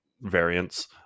variants